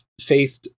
Faith